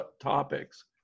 topics